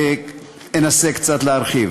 אנסה קצת להרחיב.